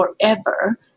forever